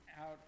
out